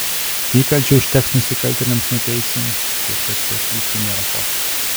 įkalčių užteks nusikaltėliams nuteisti taip kad čia klykti nėra ko